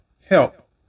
help